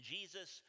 Jesus